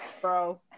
Bro